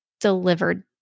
delivered